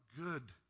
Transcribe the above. good